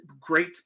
Great